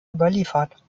überliefert